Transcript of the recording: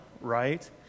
Right